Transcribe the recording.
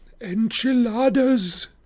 Enchiladas